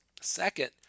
Second